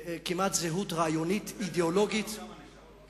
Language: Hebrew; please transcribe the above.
כמעט זהות רעיונית, אידיאולוגית, כמה נשארו?